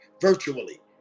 virtually